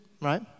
right